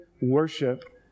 Worship